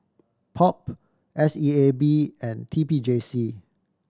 POP S E A B and T P J C